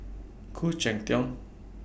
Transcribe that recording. Khoo Cheng Tiong